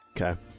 Okay